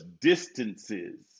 distances